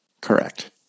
Correct